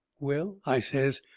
well, i says,